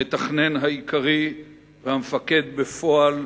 המתכנן העיקרי והמפקד בפועל,